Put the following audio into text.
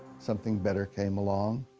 something better came along,